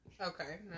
Okay